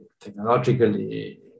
technologically